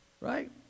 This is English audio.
Right